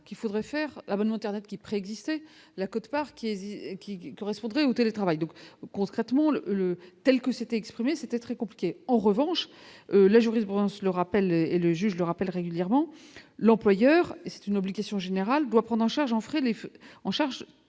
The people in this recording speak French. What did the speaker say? qu'il faudrait faire abonnement internet qui est prêt exister la quote-part qui est qui correspondrait au télétravail, donc concrètement le tels que s'est exprimée, c'était très compliqué, en revanche, la jurisprudence le rappelle et le juge le rappelle régulièrement l'employeur, c'est une obligation générale doit prendre en charge en ferait les frais en charge